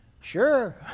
Sure